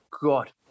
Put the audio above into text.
God